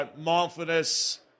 mindfulness